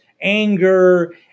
anger